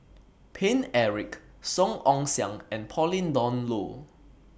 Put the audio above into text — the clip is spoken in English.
Paine Eric Song Ong Siang and Pauline Dawn Loh